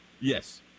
Yes